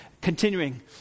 continuing